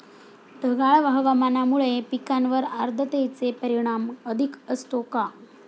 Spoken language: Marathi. ढगाळ हवामानामुळे पिकांवर आर्द्रतेचे परिणाम अधिक असतो का?